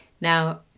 Now